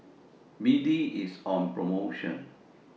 B D IS on promotion